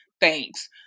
Thanks